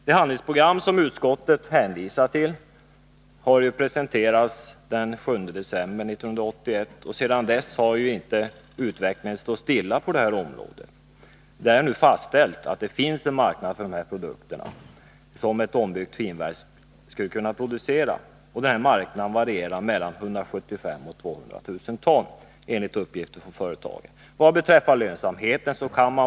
Det handlingsprogram som utskottet hänvisat till presenterades den 7 september 1981, och sedan dess har inte utvecklingen stått stilla på området. Det är nu fastställt att det finns en marknad för de produkter som ett ombyggt finvalsverk skulle kunna framställa. Denna marknad varierar mellan 175 000 och 200 000 ton, enligt uppgift från företaget.